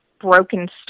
broken